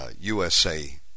USA